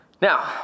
Now